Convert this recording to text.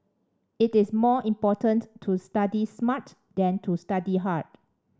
it is more important to study smart than to study hard